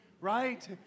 right